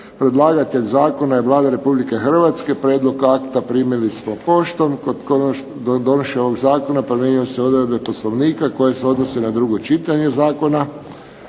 Predlagatelj zakona je Vlada Republike Hrvatske. Prijedlog akta primili smo poštom. Kod donošenja ovog Zakona primjenjuju se odredbe poslovnika koje se odnose na drugo čitanje zakona.